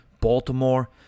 Baltimore